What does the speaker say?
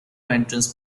entrance